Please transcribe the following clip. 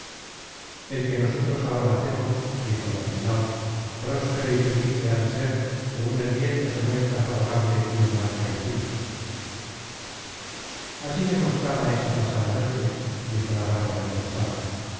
el que nosotros ahora hacemos dijo ladislao próspero y felice ha de ser segun el viento se muestra favorable y el mar tranquilo así se mostraba esta pasada noche dijo la bárbara constanza